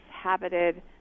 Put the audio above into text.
habited